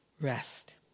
rest